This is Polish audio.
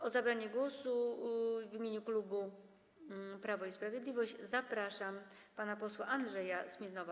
Do zabrania głosu w imieniu klubu Prawo i Sprawiedliwość zapraszam pana posła Andrzeja Smirnowa.